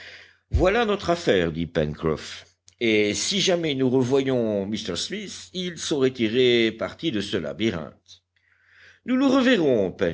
voilà notre affaire dit pencroff et si jamais nous revoyions m smith il saurait tirer parti de ce labyrinthe nous le reverrons